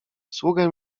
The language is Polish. sługę